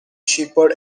shepherd